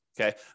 Okay